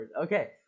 okay